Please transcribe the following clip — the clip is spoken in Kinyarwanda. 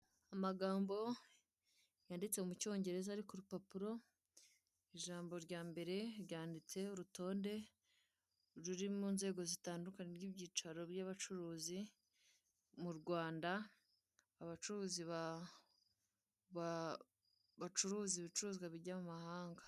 Amagambo yanditse mu cyongereza ari ku rupapuro, ijambo rya mbere ryanditse urutonde ruri mu mzego zitandukanye z'ibyicaro, by'abacuruzi mu Rwanda abacuruzi bacuruza ibicuruzwa bijya mu mahanga.